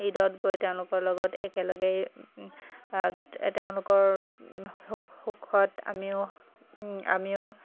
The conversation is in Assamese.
ঈদত গৈ তেওঁলোকৰ লগত একেলগে তেওঁলোকৰ সুখ সুখত আমিও আমিও